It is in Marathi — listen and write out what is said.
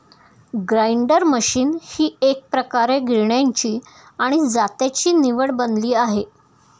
ग्राइंडर मशीन ही एकप्रकारे गिरण्यांची आणि जात्याची निवड बनली आहे